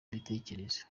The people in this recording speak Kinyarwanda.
mbitekereza